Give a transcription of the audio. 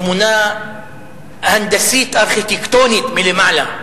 תמונה הנדסית ארכיטקטונית מלמעלה.